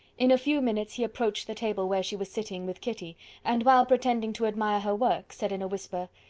in a few minutes he approached the table where she was sitting with kitty and, while pretending to admire her work said in a whisper,